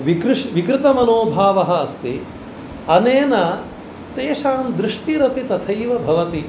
विकृतमनोभावः अस्ति अनेन तेषां दृष्टिरपि तथैव भवति